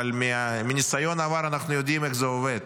אבל מניסיון העבר אנחנו יודעים איך זה עובד: